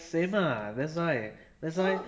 same ah that's why that's why